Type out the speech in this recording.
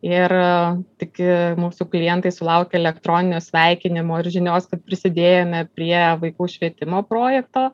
ir tik mūsų klientai sulaukė elektroninio sveikinimo ir žinios kad prisidėjome prie vaikų švietimo projekto